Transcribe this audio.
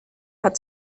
hat